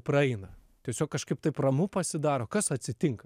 praeina tiesiog kažkaip taip ramu pasidaro kas atsitinka